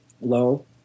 low